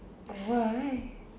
why